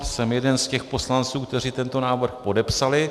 Jsem jeden z těch poslanců, kteří tento návrh podepsali.